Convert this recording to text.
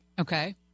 Okay